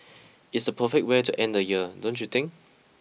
it's the perfect way to end the year don't you think